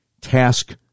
Task